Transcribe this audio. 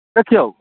देखिऔ